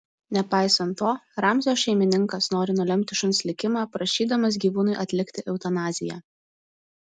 nepaisant to ramzio šeimininkas nori nulemti šuns likimą prašydamas gyvūnui atlikti eutanaziją